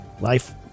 life